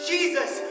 Jesus